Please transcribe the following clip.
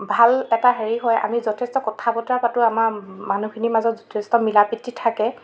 ভাল এটা হেৰি হয় আমি যথেষ্ট কথা বতৰা পাতো আমাৰ মানুহখিনিৰ মাজত যথেষ্ট মিলা প্ৰীতি থাকে